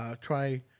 try